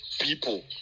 people